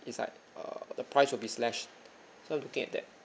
it's like uh the price will be slashed so I'm looking at that